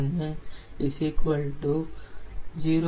4326 0